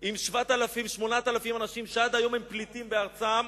עם 7,000, 8,000 אנשים שעד היום הם פליטים בארצם,